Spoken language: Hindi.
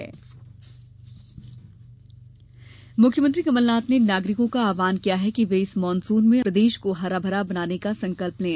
मुख्यमंत्री आव्हान मुख्यमंत्री कमलनाथ ने नागरिकों का आव्हान किया है कि वे इस मानसून में प्रदेश को हरा भरा बनाने का संकल्प लें